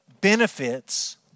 benefits